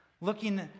looking